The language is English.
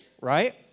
right